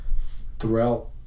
throughout